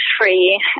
free